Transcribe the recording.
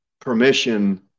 permission